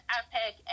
epic